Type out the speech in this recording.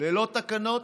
ללא תקנות?